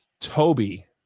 Toby